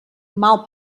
mal